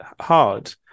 hard